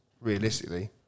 Realistically